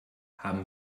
haben